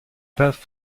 peintre